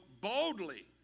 boldly